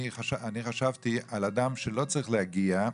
אני חשבתי על אדם שלא צריך להגיע,